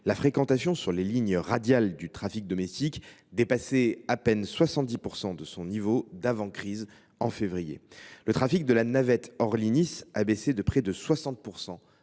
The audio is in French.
la fréquentation sur les lignes radiales du trafic domestique dépassait à peine 70 % de son niveau d’avant crise au mois de février. Le trafic de la navette Orly Nice a baissé de près de 60